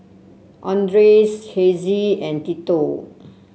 Andreas Hezzie and Tito